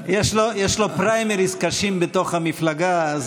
יש לו פריימריז קשים בתוך המפלגה,